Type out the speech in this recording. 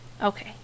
Okay